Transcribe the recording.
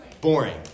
boring